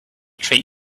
treat